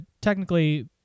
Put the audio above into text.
technically